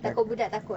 takut budak takut